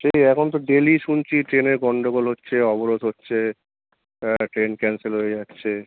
সেই এখন তো ডেলি শুনছি ট্রেনের গন্ডগোল হচ্ছে অবরোধ হচ্ছে হ্যাঁ ট্রেন ক্যান্সেল হয়ে যাচ্ছে